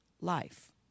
Life